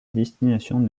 destination